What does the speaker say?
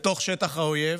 בתוך שטח האויב,